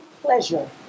pleasure